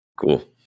cool